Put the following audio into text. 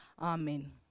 Amen